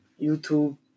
YouTube